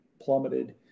plummeted